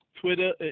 Twitter